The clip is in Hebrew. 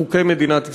בחוקי מדינת ישראל.